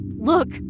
Look